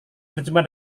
berjumpa